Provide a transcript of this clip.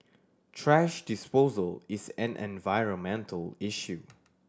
thrash disposal is an environmental issue